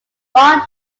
long